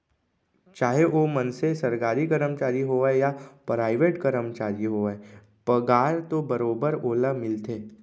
चाहे ओ मनसे सरकारी कमरचारी होवय या पराइवेट करमचारी होवय पगार तो बरोबर ओला मिलथे